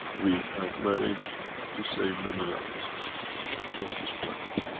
we have managed to save many lives across this planet.